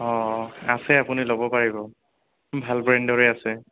অঁ আছে আপুনি ল'ব পাৰিব ভাল ব্ৰেণ্ডৰে আছে